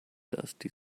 dusty